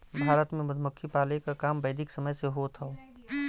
भारत में मधुमक्खी पाले क काम वैदिक समय से होत हौ